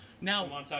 Now